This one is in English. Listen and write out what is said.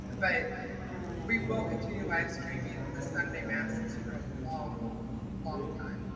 but we will continue live streaming the sunday masses for a long um time.